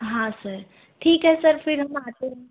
हाँ सर ठीक है सर फिर हम आते हैं